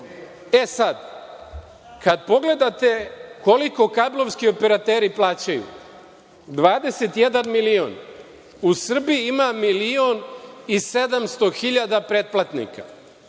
E sad kad pogledate koliko kablovski operateri plaćaju 21 milion, u Srbiji ima milion i 700 hiljada pretplatnika,